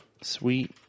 Sweet